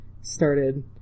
started